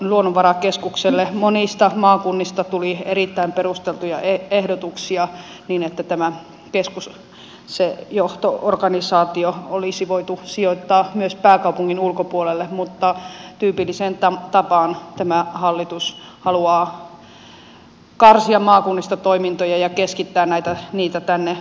monista maakunnista tuli erittäin perusteltuja ehdotuksia niin että johto organisaatio olisi voitu sijoittaa myös pääkaupungin ulkopuolelle mutta tyypilliseen tapaan tämä hallitus haluaa karsia maakunnista toimintoja ja keskittää niitä tänne pääkaupunkiseudulle